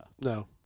No